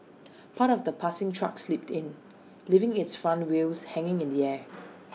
part of the passing truck slipped in leaving its front wheels hanging in the air